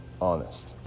honest